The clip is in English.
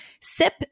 SIP